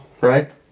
right